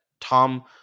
Tom